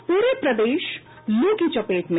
और पूरा प्रदेश लू की चपेट में